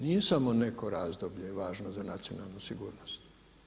Nije samo neko razdoblje važno za nacionalnu sigurnost.